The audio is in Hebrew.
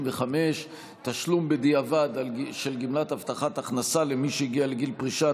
55) (תשלום בדיעבד של גמלת הבטחת הכנסה למי שהגיע לגיל פרישה),